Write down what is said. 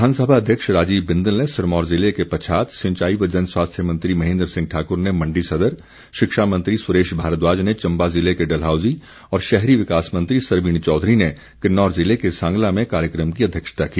विधानसभा अध्यक्ष राजीव बिंदल ने सिरमौर ज़िले के पच्छाद सिंचाई व जन स्वास्थ्य मंत्री महेन्द्र सिंह ठाकुर ने मण्डी सदर शिक्षा मंत्री सुरेश भारद्वाज ने चम्बा ज़िले के डलहौजी और शहरी विकास मंत्री सरवीण चौधरी ने किन्नौर ज़िले के सांगला में कार्यक्रम की अध्यक्षता की